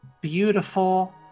beautiful